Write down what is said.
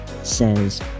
says